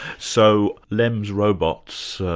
so lem's robots,